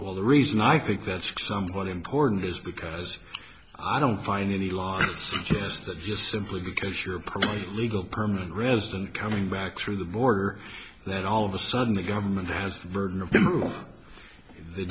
well the reason i think that's somewhat important is because i don't find any laws suggest that just simply because you're probably legal permanent resident coming back through the border that all of a sudden the government has the burden of the